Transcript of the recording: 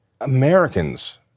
Americans